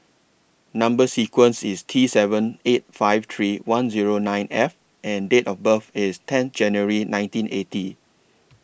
Number sequence IS T seven eight five three one Zero nine F and Date of birth IS ten January nineteen eighty